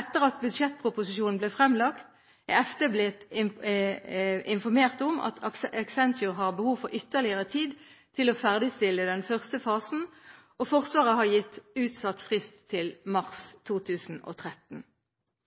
Etter at budsjettproposisjonen ble fremlagt, er Forsvarsdepartementet blitt informert om at Accenture har behov for ytterligere tid til å ferdigstille den første fasen, og Forsvaret har gitt utsatt frist til mars 2013.